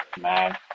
man